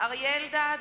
אריה אלדד,